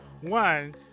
One